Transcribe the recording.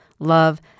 Love